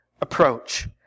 approach